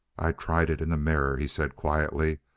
i tried it in the mirror, he said quietly.